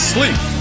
Sleep